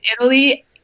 Italy